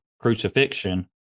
crucifixion